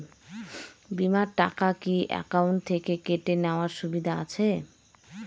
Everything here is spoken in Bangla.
বিমার টাকা কি অ্যাকাউন্ট থেকে কেটে নেওয়ার সুবিধা আছে?